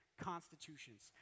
constitutions